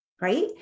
right